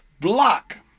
block